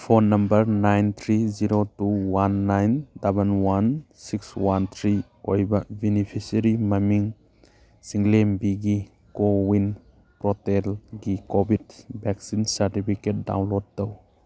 phone number nine three zero two one nine one one six one three ꯑꯣꯏꯕ beneficiary ꯃꯃꯤꯡ ꯆꯤꯡꯂꯦꯝꯕꯤꯒꯤ CoWIN ꯄꯣꯔꯇꯦꯜꯒꯤ Covid vaccine certificate download ꯇꯧ